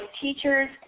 teachers